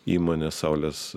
įmonės saulės